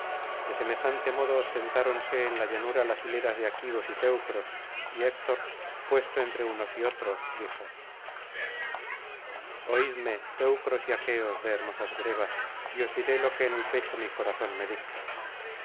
de semejante modo sentáronse en la llanura las hileras de aquivos y teucros y héctor puesto entre unos y otros dijo oidme teucros y aqueos de hermosas grebas y os diré lo que en el pecho mi corazón me dicta